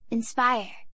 Inspire